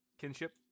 Kinship